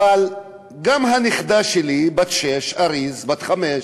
וגם הנכדה שלי, בת שש, בת חמש,